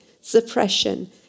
suppression